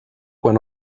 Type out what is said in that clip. went